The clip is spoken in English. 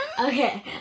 Okay